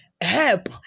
Help